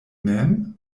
mem